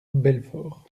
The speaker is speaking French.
belfort